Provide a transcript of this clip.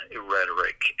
rhetoric